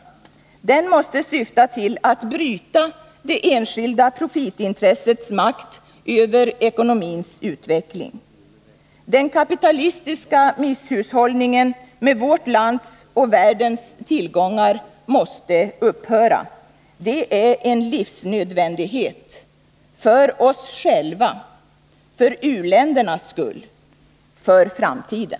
Den måste syfta till att bryta det enskilda profitintressets makt över ekonomins utveckling. Den kapitalistiska misshushållningen med vårt lands och världens tillgångar måste upphöra. Det är en livsnödvändighet — för oss själva, för u-länderna och för framtiden.